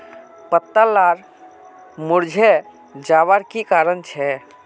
पत्ता लार मुरझे जवार की कारण छे?